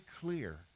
clear